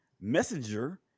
messenger